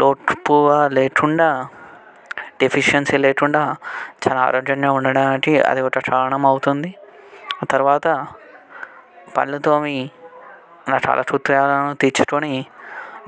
లోపు వా లేకుండా డెఫిషియన్సీ లేకుండా చాలా ఆరోగ్యంగా ఉండటానికి అది ఒక కారణం అవుతుంది తరువాత పళ్ళు తోమి నా కాలకృత్యాలను తీర్చుకొని